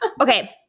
Okay